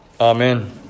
Amen